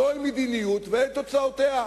זו מדיניות ואלה תוצאותיה.